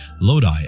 Lodi